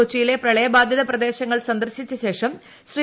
കൊച്ചിയിലെ പ്രളയ ബാധിത പ്രദേശങ്ങൾ സന്ദർശിച്ചശേഷം ശ്രീ